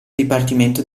dipartimento